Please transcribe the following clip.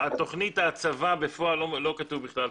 תוכנית ההצבה בפועל - לא כתוב.